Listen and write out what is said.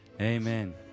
Amen